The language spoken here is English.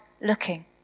looking